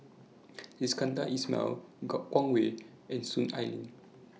Iskandar Ismail Han Guangwei and Soon Ai Ling